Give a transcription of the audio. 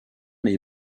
les